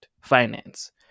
Finance